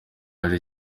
yaje